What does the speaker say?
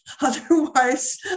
Otherwise